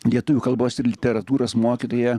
lietuvių kalbos ir literatūros mokytoją